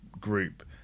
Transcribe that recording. group